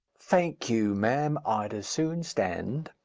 thank you, ma'am i'd as soon stand.